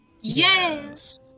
Yes